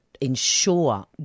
ensure